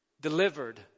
Delivered